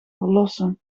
verlossen